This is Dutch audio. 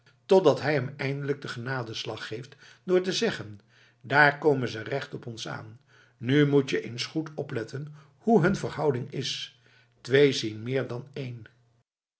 totdat hij hem eindelijk den genadeslag geeft door te zeggen daar komen ze recht op ons aan nu moet je eens goed opletten hoe hun verhouding is twee zien meer dan één